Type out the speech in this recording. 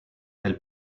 elle